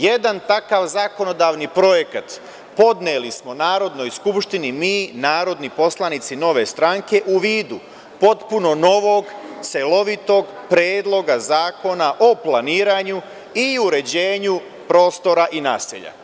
Jedan takav zakonodavni projekat podneli smo Narodnoj skupštini mi narodni poslanici Nove stranke u vidu potpuno novog, celovitog Predloga zakona o planiranju i uređenju prostora i naselja.